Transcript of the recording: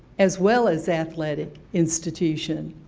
as well as athletic, institution,